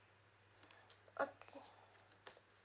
okay